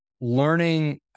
learning